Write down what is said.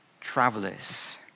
travelers